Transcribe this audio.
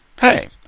hey